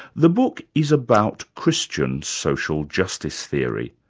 the book is about christian social justice theory.